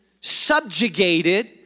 subjugated